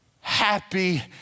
Happy